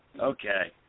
Okay